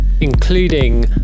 including